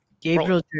Gabriel